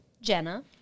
Jenna